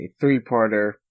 three-parter